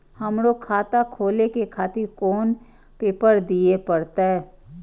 हमरो खाता खोले के खातिर कोन पेपर दीये परतें?